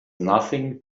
nothing